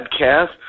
podcast